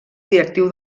directiu